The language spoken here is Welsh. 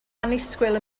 annisgwyl